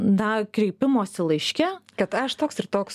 na kreipimosi laiške kad aš toks ir toks